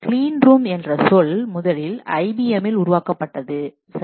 cleanroom என்ற சொல் முதலில் ஐபிஎம்மில் உருவாக்கப்பட்டது சரி